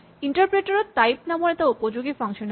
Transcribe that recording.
interpreter ত type নামৰ এটা উপযোগী ফাংচন আছে